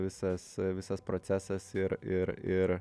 visas visas procesas ir ir ir